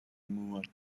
moore